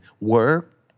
work